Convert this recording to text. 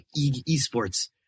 eSports